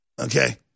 Okay